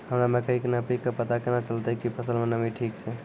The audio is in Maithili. हमरा मकई के नमी के पता केना चलतै कि फसल मे नमी ठीक छै?